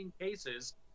cases